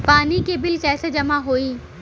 पानी के बिल कैसे जमा होयी?